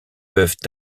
peuvent